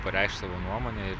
pareikšt savo nuomonę ir